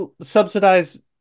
subsidize